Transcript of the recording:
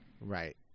Right